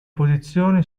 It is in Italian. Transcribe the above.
posizione